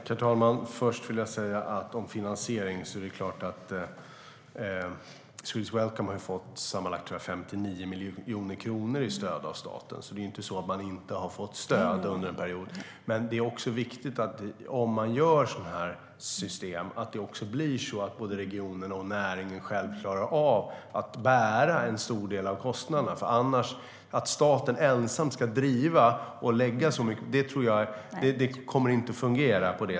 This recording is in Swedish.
Herr talman! Beträffande finansiering har Swedish Welcome fått sammanlagt 59 miljoner kronor, tror jag, i stöd av staten. Det är alltså inte så att man inte har fått stöd under en period. Men om man gör sådana system är det viktigt att både regionen och näringen själva klarar av att bära en stor del av kostnaderna. Att staten ensam skulle driva och lägga så mycket på detta kommer inte att fungera.